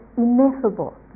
Ineffable